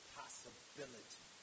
possibility